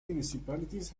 municipalities